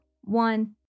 one